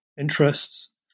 interests